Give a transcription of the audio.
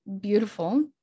beautiful